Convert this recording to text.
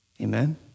Amen